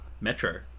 Metro